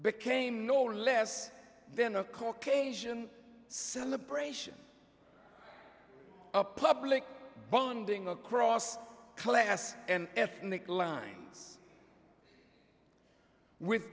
became no less then a caucasian celebration a public bonding across class and ethnic lines with